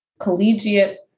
collegiate